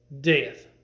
death